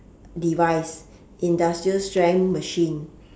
device industrial strength machine